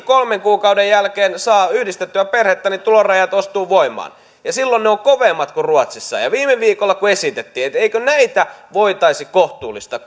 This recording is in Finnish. kolmen kuukauden jälkeen saa perhettä yhdistettyä niin tulorajat astuvat voimaan ja silloin ne ovat kovemmat kuin ruotsissa viime viikolla kun esitettiin että eikö näitä voitaisi kohtuullistaa